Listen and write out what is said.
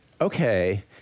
okay